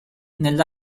nella